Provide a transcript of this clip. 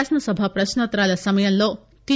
శాసనసభ ప్రక్నోత్తరాల సమయంలో టి